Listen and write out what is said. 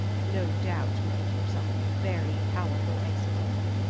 no doubt you think yourself very powerful, asa thor,